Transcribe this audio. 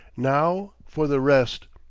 now for the rest.